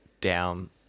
down